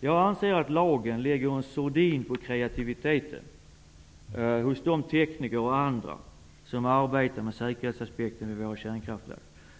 Jag anser att lagen lägger en sordin på kreativiteten hos de tekniker och andra som arbetar med säkerhetsaspekten vid våra kärnkraftverk.